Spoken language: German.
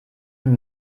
und